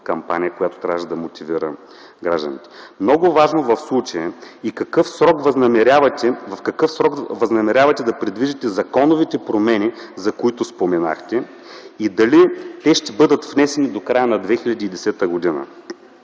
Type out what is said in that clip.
която трябваше да мотивира гражданите. Много важно в случая е в какъв срок възнамерявате да придвижите законовите промени, за които споменахте, и дали те ще бъдат внесени до края на 2010 г.?